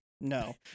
No